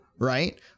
Right